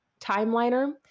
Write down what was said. Timeliner